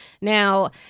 Now